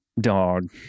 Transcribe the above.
dog